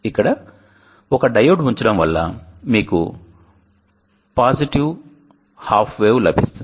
ఇక్కడ ఒక డయోడ్ ఉంచడం వల్ల మీకు పాజిటివ్ తరంగ రూపం లభిస్తుంది